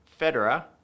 Federer